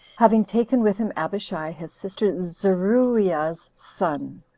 having taken with him abishai, his sister zeruiah's son,